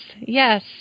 yes